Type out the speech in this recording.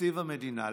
לתקציב המדינה,